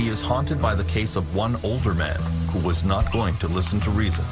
he is haunted by the case of one older man who was not going to listen to rea